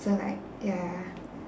so like ya